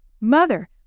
Mother